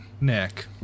Nick